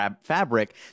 fabric